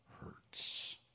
hurts